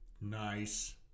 Nice